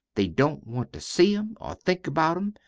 they don't want to see em or think about em.